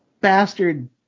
bastard